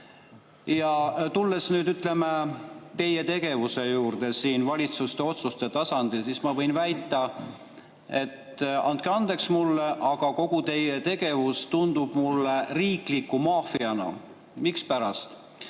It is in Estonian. Tulles nüüd, ütleme, teie tegevuse juurde siin valitsuse otsuste tasandil, siis ma võin väita, andke mulle andeks, et kogu teie tegevus tundub mulle riikliku maffiana. Mispärast?